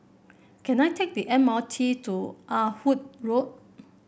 can I take the M R T to Ah Hood Road